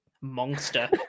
Monster